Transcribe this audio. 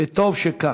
וטוב שכך.